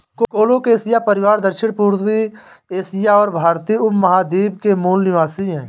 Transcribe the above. colocasia परिवार दक्षिणपूर्वी Asia और भारतीय उपमहाद्वीप के मूल निवासी है